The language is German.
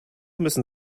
müssen